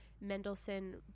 Mendelssohn